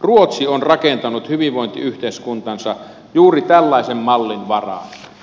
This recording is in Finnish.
ruotsi on rakentanut hyvinvointiyhteiskuntansa juuri tällaisen mallin varaan